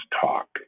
talk